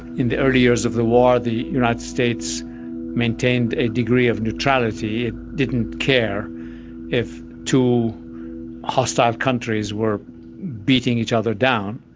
in the early years of the war, the united states maintained a degree of neutrality it didn't care if two hostile countries were beating each other down.